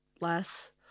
less